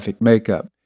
makeup